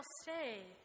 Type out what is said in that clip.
stay